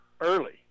early